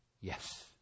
Yes